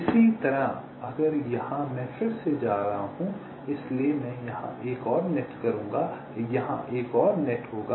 इसी तरह अगर यहाँ मैं फिर से जा रहा हूँ इसलिए मैं यहां एक और नेट करूंगा यहां एक और नेट होगा